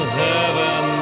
heaven